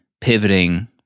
pivoting